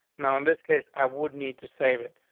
now, in this case, i would need to save it.